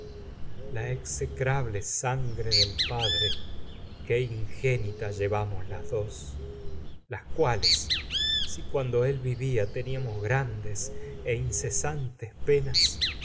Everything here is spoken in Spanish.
la execrable las dos las sangre del padre que ingénita llevamos cuales si cuando él vivía tes teníamos grandes e incesan se penas